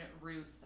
Ruth